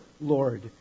Lord